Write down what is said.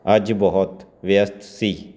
ਅੱਜ ਬਹੁਤ ਵਿਅਸਤ ਸੀ